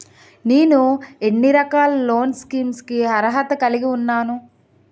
నేను ఎన్ని రకాల లోన్ స్కీమ్స్ కి అర్హత కలిగి ఉన్నాను?